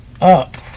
up